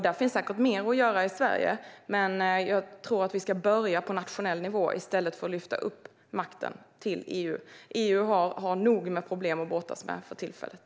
Där finns säkert mer att göra i Sverige. Jag tror att vi ska börja på nationell nivå i stället för att lyfta upp makten till EU. EU har nog med problem att brottas med för tillfället.